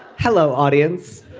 hello audience.